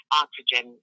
oxygen